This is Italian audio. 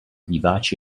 vivaci